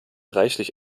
reichlich